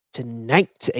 tonight